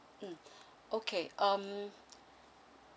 mmhmm okay um